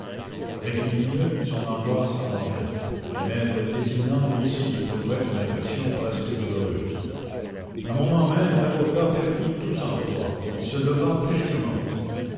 avec les minutes son angoisse augmentait et m e detinan aussi éprouvait une impression presque douloureuse il se leva brusquement